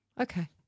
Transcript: Okay